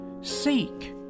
Seek